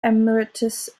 emeritus